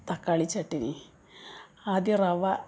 തക്കാളി ചട്ടിണി ആദ്യം റവ